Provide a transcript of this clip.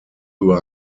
über